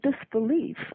disbelief